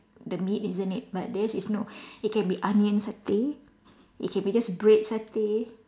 the meat isn't it but theirs is no it can be onion satay it can be just bread satay